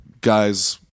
guys